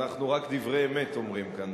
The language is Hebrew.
אנחנו רק דברי אמת אומרים כאן,